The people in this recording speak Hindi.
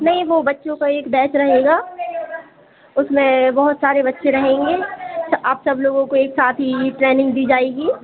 नहीं वह बच्चों का एक बैच रहेगा उसमें बहुत सारे बच्चे रहेंगे तो आप सब लोगों को एक साथ ही ट्रेनिंग दी जाएगी